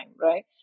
right